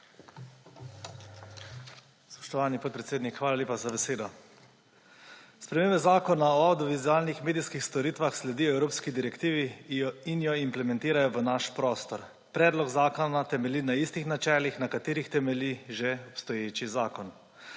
Spoštovani podpredsednik, hvala lepa za besedo. Spremembe Zakona o avdiovizualnih medijskih storitvah sledijo evropski direktivi in jo implementirajo v naš prostor. Predlog zakona temelji na istih načelih, na katerih temelji že obstoječi zakon.